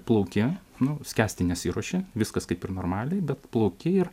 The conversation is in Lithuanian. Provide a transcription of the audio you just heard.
plauki nu skęsti nesiruoši viskas kaip ir normaliai bet plauki ir